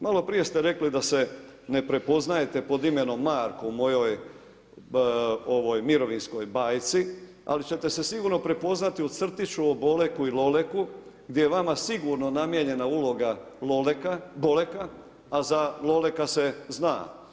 Malo prije ste rekli da se ne prepoznajte pod imenom Marko u mojoj mirovinskoj bajci ali ćete se sigurno prepoznati u crtiću o Boleku i Loleku gdje je vama sigurno namijenjena uloga Boleka a za Loleka se zna.